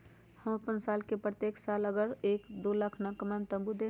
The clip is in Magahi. हम अपन साल के प्रत्येक साल मे अगर एक, दो लाख न कमाये तवु देम?